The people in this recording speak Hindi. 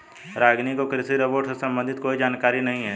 रागिनी को कृषि रोबोट से संबंधित कोई जानकारी नहीं है